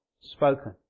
spoken